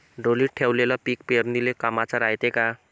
ढोलीत ठेवलेलं पीक पेरनीले कामाचं रायते का?